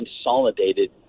consolidated